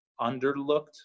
underlooked